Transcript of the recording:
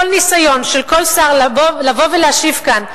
כל ניסיון של כל שר לבוא ולהשיב כאן,